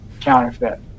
counterfeit